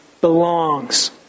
belongs